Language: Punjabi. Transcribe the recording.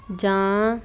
ਜਾਂ